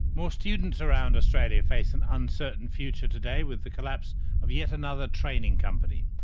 more students around australia face an uncertain future today with the collapse of yet another training company.